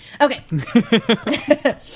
Okay